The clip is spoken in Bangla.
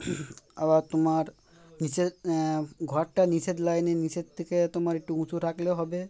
আবার তোমার নিষেধ ঘরটা নিষেধ লাইনে নিষেধ থেকে তোমার একটু উঁচু রাখলেও হবে